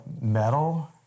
metal